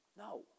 No